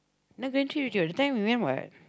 now gantry already what that time we went what